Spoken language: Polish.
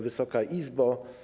Wysoka Izbo!